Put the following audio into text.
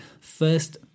first